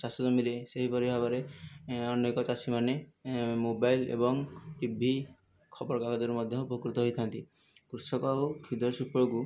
ଚାଷ ଜମିରେ ସେହିପରି ଭାବରେ ଅନେକ ଚାଷୀମାନେ ମୋବାଇଲ ଏବଂ ଟିଭି ଖବରକାଗଜରୁ ମଧ୍ୟ ଉପକୃତ ହୋଇଥାନ୍ତି କୃଷକ ଓ କ୍ଷୁଦ୍ର ଶିଳ୍ପକୁ